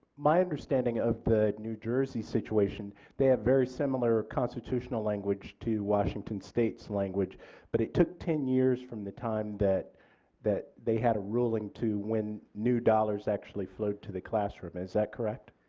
my understanding of the new jersey situation they have very similar constitutional language to washington states language but it took ten years from the time that that they had a ruling to when new dollars actually flowed to the classroom is that correct?